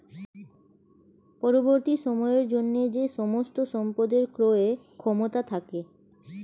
পরবর্তী সময়ের জন্য যে সমস্ত সম্পদের ক্রয় ক্ষমতা থাকে